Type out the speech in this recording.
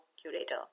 curator